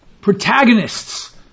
protagonists